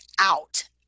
out